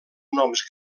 noms